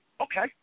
Okay